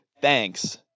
thanks